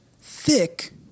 thick